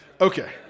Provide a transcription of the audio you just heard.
Okay